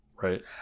Right